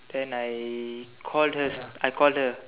then I called her I called her